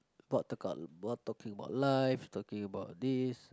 talking about life talking about this